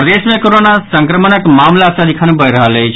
प्रदेश मे कोरोना संक्रमणक मामिला सदिखन बढ़ि रहल अछि